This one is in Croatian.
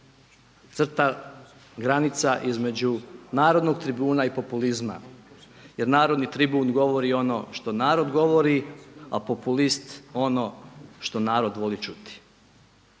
crta, granica između narodnog tribuna i populizma. Jer narodni tribun govori ono što narod govori, a populist ono što narod voli čuti.